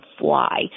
fly